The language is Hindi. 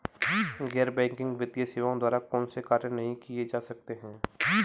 गैर बैंकिंग वित्तीय सेवाओं द्वारा कौनसे कार्य नहीं किए जा सकते हैं?